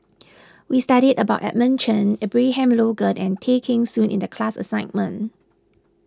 we studied about Edmund Cheng Abraham Logan and Tay Kheng Soon in the class assignment